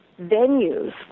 venues